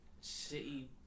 City